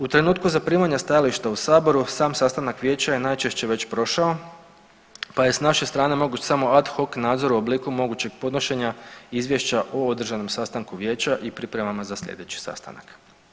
U trenutku zaprimanja stajališta u Saboru sam sastanak Vijeća je najčešće već prošao, pa je s naše strane moguć samo at hock nadzor u obliku mogućeg podnošenja Izvješća o održanom sastanku Vijeća i pripremama za sljedeći sastanak.